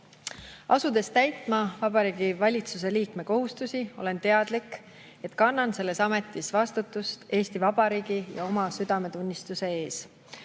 Asudes täitma Vabariigi Valitsuse liikme kohustusi, olen teadlik, et kannan selles ametis vastutust Eesti Vabariigi ja oma südametunnistuse ees.